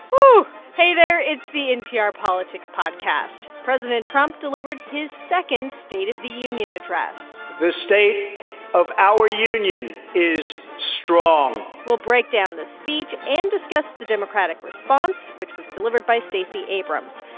but hey there, it's the npr politics podcast. president trump delivered his second state of the union address the state of our union is strong we'll break down the speech and discuss the democratic response, which was delivered by stacey abrams.